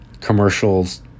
commercials